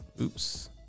Oops